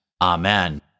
Amen